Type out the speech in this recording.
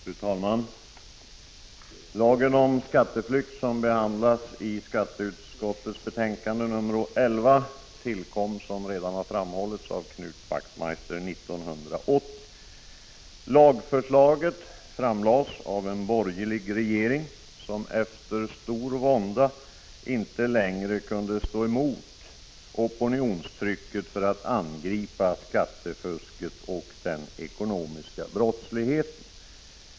Fru talman! Lagen om skatteflykt, som behandlas i skatteutskottets betänkande nr 11, tillkom, vilket redan har framhållits av Knut Wachtmeister, 1980. Lagförslaget framlades av en borgerlig regering, som efter stor vånda inte längre kunde stå emot opinionstrycket då det gällde att angripa skattefusket och den ekonomiska brottsligheten.